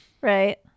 right